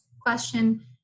question